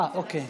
אוקיי,